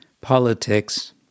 politics